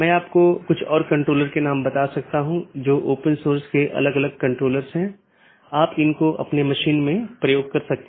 हमारे पास EBGP बाहरी BGP है जो कि ASes के बीच संचार करने के लिए इस्तेमाल करते हैं औरबी दूसरा IBGP जो कि AS के अन्दर संवाद करने के लिए है